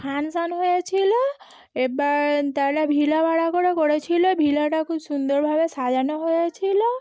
function হয়েছিলো এবার তারা ভিলা ভাড়া করে করেছিলো ভিলাটা খুব সুন্দরভাবে সাজানো হয়েছিলো